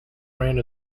rand